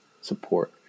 support